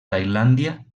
tailàndia